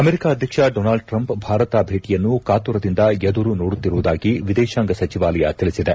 America ಅಧ್ಯಕ್ಷ Donald Trump Bharat ಭೇಟಿಯನ್ನು ಕಾತುರದಿಂದ ಎದುರು ನೋಡುತ್ತಿರುವುದಾಗಿ ವಿದೇಶಾಂಗ ಸಚಿವಾಲಯ ತಿಳಿಸಿದೆ